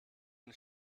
den